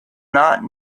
not